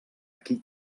aquí